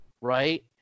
Right